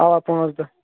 اَوا پانژھ دۄہ